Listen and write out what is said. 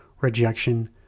rejection